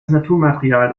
naturmaterial